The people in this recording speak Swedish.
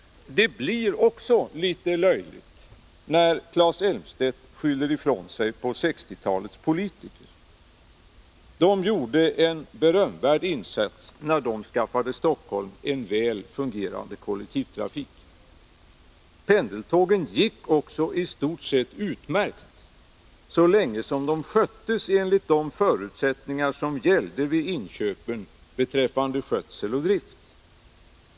Det blir också litet löjligt när Claes Elmstedt skyller ifrån sig på 1960-talets politiker. De gjorde en berömvärd insats när de skaffade Stockholm en väl fungerande kollektivtrafik. Pendeltågen gick också i stort sett utmärkt, så länge de sköttes enligt de förutsättningar som gällde vid inköpen beträffande skötsel och drift.